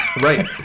Right